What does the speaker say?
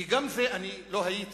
כי גם זה אני לא הייתי.